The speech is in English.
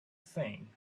thing